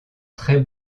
très